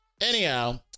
Anyhow